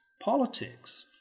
politics